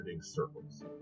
circles